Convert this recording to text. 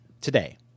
today